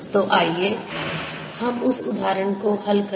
तो आइए हम उस उदाहरण को हल करें